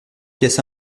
pièces